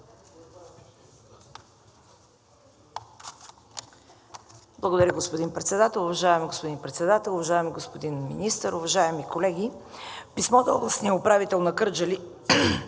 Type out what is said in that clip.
Благодаря, господин Председател. Уважаеми господин Председател, уважаеми господин Министър, уважаеми колеги! В писмо до областния управител на Кърджали